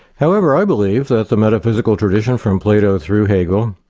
however i believe that the metaphysical tradition from plato through hegel,